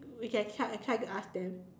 we can try try to ask them